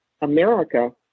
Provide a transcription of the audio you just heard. America